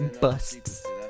Busts